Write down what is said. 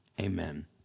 Amen